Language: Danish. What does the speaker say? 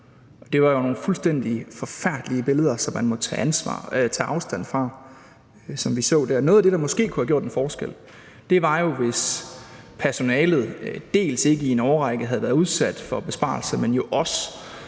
Det var jo nogle fuldstændig forfærdelige billeder, som man måtte tage afstand fra, som vi så der. Noget af det, der måske kunne have gjort en forskel, var jo, at personalet dels ikke i en årrække havde været udsat for besparelser, men jo også